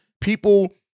people